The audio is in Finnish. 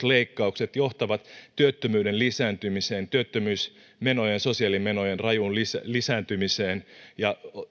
leikkaukset johtavat työttömyyden lisääntymiseen työttömyysmenojen ja sosiaalimenojen rajuun lisääntymiseen ja